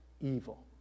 evil